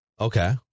Okay